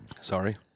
Sorry